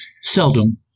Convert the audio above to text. seldom